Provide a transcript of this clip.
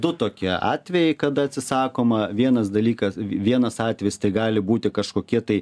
du tokie atvejai kada atsisakoma vienas dalykas vienas atvejis tai gali būti kažkokie tai